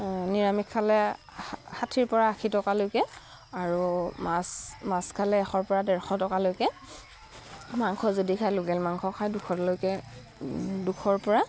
নিৰামিষ খালে ষাঠিৰপৰা আশী টকালৈকে আৰু মাছ মাছ খালে এশৰপৰা ডেৰশ টকালৈকে মাংস যদি খায় লোকেল মাংস খায় দুশলৈকে দুশৰপৰা